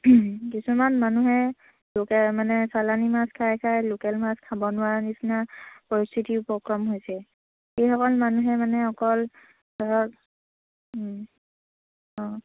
কিছুমান মানুহে লোকেল মানে চালানী মাছ খাই খাই লোকেল মাছ খাব নোৱাৰাৰ নিচিনা পৰিস্থিতি উপক্ৰম হৈছে সেইসকল মানুহে মানে অকল ধৰক অঁ